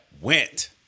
went